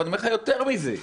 אני אומר לך יותר מזה :